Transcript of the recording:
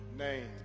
name